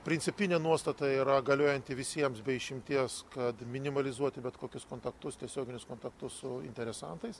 principinė nuostata yra galiojanti visiems be išimties kad minimalizuoti bet kokius kontaktus tiesioginius kontaktus su interesantais